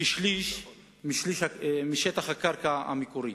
כשליש משטח הקרקע המקורי.